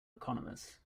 economist